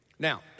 Now